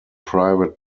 private